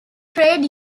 trade